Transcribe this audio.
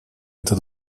этот